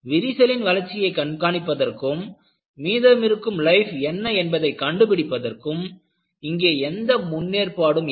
விரிசலின் வளர்ச்சியை கண்காணிப்பதற்கும் மீதமிருக்கும் லைப் என்ன என்பதை கண்டு பிடிப்பதற்கும் இங்கே எந்த முன்னேற்பாடும் இல்லை